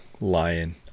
Lion